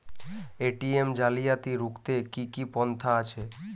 ATM জালিয়াতি রুখতে কি কি পন্থা আছে?